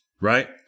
Right